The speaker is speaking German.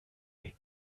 ging